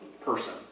person